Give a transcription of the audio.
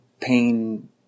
pain